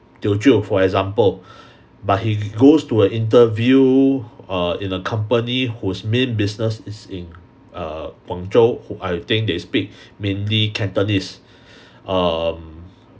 teochew for example but he goes to a interview err in a company whose main business is in err guangzhou who I think they speak mainly cantonese um